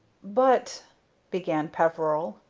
but began peveril.